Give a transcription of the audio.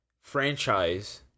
franchise